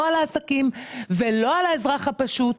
לא על העסקים ולא על האזרח הפשוט.